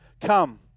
Come